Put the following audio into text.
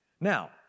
Now